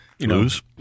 Lose